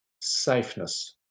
Safeness